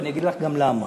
ואני אגיד לך גם למה.